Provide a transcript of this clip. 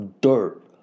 dirt